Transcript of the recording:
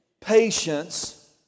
patience